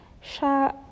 Sha